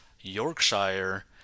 Yorkshire